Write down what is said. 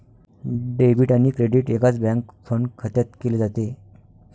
debit आणि credit एकाच bank fund खात्यात केले जाते